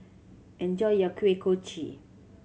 enjoy your Kuih Kochi